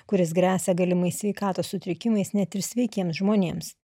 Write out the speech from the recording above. kuris gresia galimai sveikatos sutrikimais net ir sveikiems žmonėms